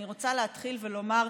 אני רוצה להתחיל ולומר,